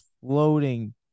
floating